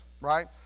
right